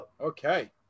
Okay